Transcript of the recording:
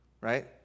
right